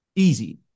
easy